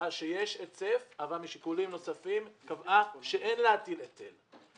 שקבעה שיש היצף אבל משיקולים נוספים קבעה שאין להטיל היטל,